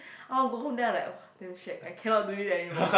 I want to go home then I'm like !wah! damn shacked I cannot do this anymore